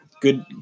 Good